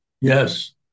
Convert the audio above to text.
Yes